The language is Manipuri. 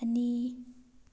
ꯑꯅꯤ